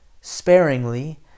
sparingly